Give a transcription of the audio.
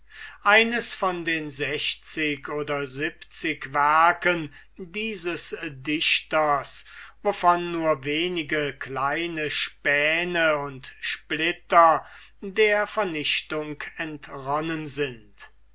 eines von den sechzig oder siebzig werken dieses dichters wovon nur wenige kleine späne und splitter der vernichtung entronnen sind